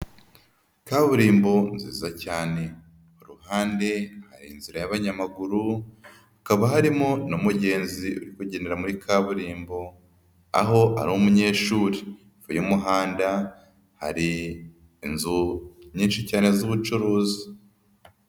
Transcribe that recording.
Kaburimbo nziza cyane ku ruhande hari inzira y'abanyamaguru, hakaba harimo n'umugenzi uri kugendera muri kaburimbo aho ari umunyeshuri, hepfo y'umuhanda hari inzu nyinshi cyane z'ubucuruzi.